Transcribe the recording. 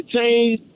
change